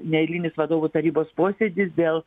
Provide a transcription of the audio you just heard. neeilinis vadovų tarybos posėdis dėl